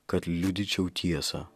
kad liudyčiau tiesą